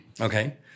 Okay